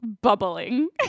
bubbling